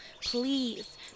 Please